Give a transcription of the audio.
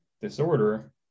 disorder